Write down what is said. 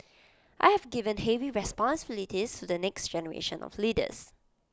I have given heavy responsibilities to the next generation of leaders